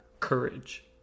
Courage